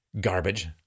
garbage